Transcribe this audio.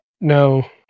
no